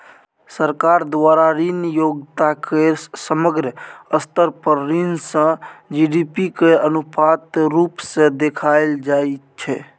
सरकार द्वारा ऋण योग्यता केर समग्र स्तर पर ऋण सँ जी.डी.पी केर अनुपात रुप सँ देखाएल जाइ छै